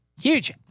huge